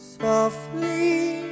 softly